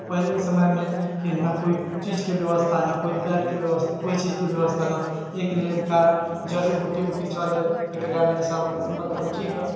पहिलेके समयमे नहि कोइ चीजके बेबस्था नहि कोइ पैडके बेबस्था कोइ चीजके बेबस्था नहि एहिके लेल कारण जड़ी बूटी उटी चलै एहिके कारण से मतलब ठीक